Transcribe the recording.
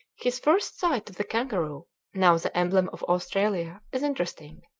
his first sight of the kangaroo now the emblem of australia is interesting.